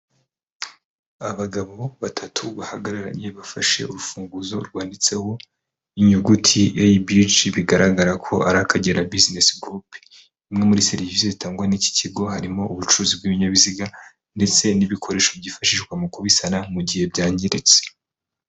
Abagabo batatu bahagararanye bafashe urufunguzo rwanditseho inyuguti ABG bigaragara ko ari akagera bisinesi gurupe, imwe muri serivisi zitangwa n'iki kigo harimo ubucuruzi bw'ibinyabiziga ndetse n'ibikoresho byifashishwa mu kubisana mu gihe byangiritse.